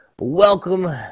welcome